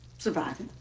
surviving.